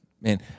man